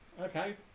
okay